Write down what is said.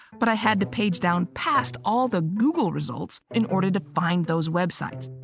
but i had to page down past all the google results in order to find those web sites.